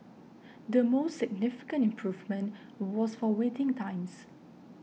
the most significant improvement was for waiting times